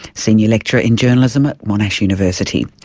senior lecturer in journalism at monash university.